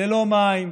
ללא מים,